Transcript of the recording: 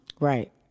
right